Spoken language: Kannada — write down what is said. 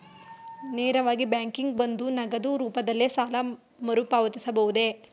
ನೇರವಾಗಿ ಬ್ಯಾಂಕಿಗೆ ಬಂದು ನಗದು ರೂಪದಲ್ಲೇ ಸಾಲ ಮರುಪಾವತಿಸಬಹುದೇ?